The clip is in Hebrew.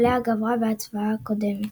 עליה גברה בהצבעה הקודמת.